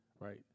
right